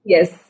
Yes